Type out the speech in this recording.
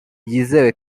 yizewe